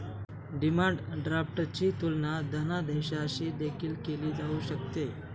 demand ड्राफ्टची तुलना धनादेशाशी देखील केली जाऊ शकते